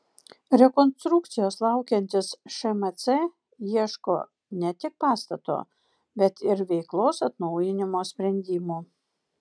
rekonstrukcijos laukiantis šmc ieško ne tik pastato bet ir veiklos atnaujinimo sprendimų